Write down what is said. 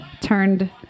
turned